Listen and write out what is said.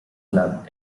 club